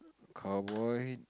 cowboy